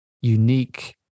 unique